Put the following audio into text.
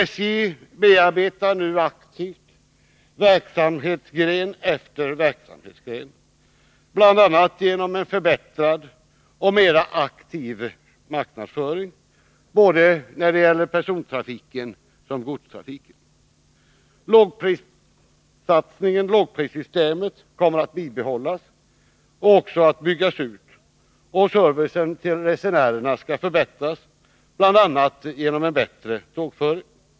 SJ bearbetar nu aktivt verksamhetsgren efter verksamhetsgren, bl.a. genom en förbättrad och mera aktiv marknadsföring, när det gäller både persontrafiken och godstrafiken. Lågprissystemet kommer att bibehållas och byggas ut, och servicen till resenärerna skall förbättras, bl.a. genom en bättre tågföring.